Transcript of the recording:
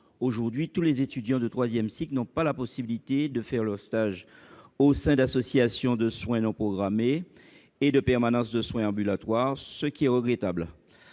Aujourd'hui, tous les étudiants de troisième cycle n'ont pas la possibilité de faire leurs stages au sein d'associations de soins non programmés et de permanence de soins ambulatoires, ce qui est regrettable.